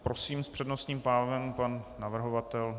Prosím, s přednostním právem pan navrhovatel.